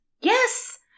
Yes